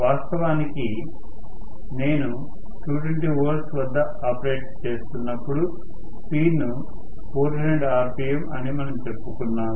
వాస్తవానికి నేను 220V వద్ద ఆపరేట్ చేస్తున్నప్పుడు స్పీడ్ ను 1400rpm అని మనం చెప్పుకున్నాము